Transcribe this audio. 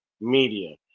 media